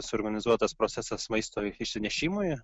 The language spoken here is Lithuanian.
suorganizuotas procesas maisto išsinešimui